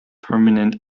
permanent